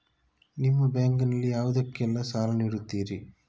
ನಿಮ್ಮ ಬ್ಯಾಂಕ್ ನಲ್ಲಿ ಯಾವುದೇಲ್ಲಕ್ಕೆ ಸಾಲ ನೀಡುತ್ತಿರಿ?